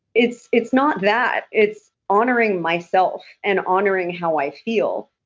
it's it's not that. it's honoring myself and honoring how i feel,